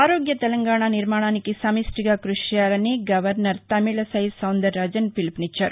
ఆరోగ్య తెలంగాణ నిర్మాణానికి సమిష్ణిగా కృషి చేయాలని గరవ్నర్ తమిళిసై సౌందర్ రాజన్ పిలుపునిచ్చారు